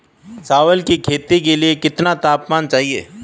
चावल की खेती के लिए कितना तापमान चाहिए?